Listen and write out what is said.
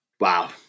Wow